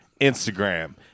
Instagram